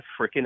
freaking